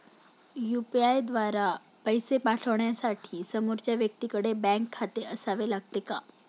UPI द्वारा पैसे पाठवण्यासाठी समोरच्या व्यक्तीकडे बँक खाते असावे लागते का?